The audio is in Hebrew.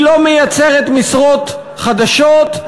היא לא מייצרת משרות חדשות,